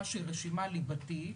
רשימה שהיא רשימה ליבתית,